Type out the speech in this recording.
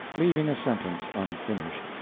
leaving a sentence unfinished,